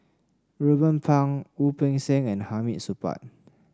Ruben Pang Wu Peng Seng and Hamid Supaat